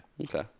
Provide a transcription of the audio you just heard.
okay